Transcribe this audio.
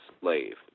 slave